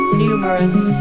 numerous